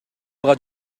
буга